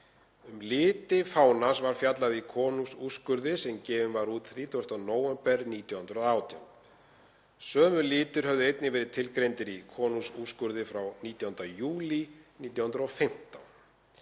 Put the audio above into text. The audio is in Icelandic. Um liti fánans var fjallað í konungsúrskurði sem gefinn var út 30. nóvember 1918. Sömu litir höfðu einnig verið tilgreindir í konungsúrskurði frá 19. júlí 1915.